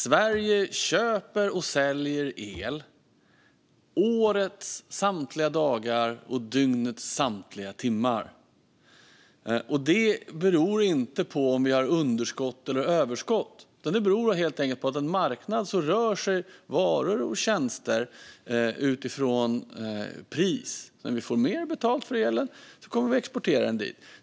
Sverige köper och säljer el årets samtliga dagar och dygnets samtliga timmar. Det beror inte på om vi har underskott eller överskott, utan det beror helt enkelt på att på en marknad rör sig varor och tjänster utifrån pris. När vi får mer betalt för elen kommer vi att exportera den.